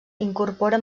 incorpora